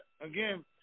Again